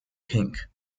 pink